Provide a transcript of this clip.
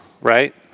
right